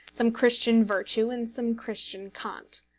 some christian virtue and some christian cant.